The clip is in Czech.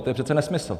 To je přece nesmysl.